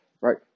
right